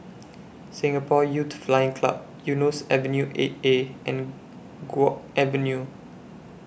Singapore Youth Flying Club Eunos Avenue eight A and Guok Avenue